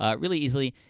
ah really easily.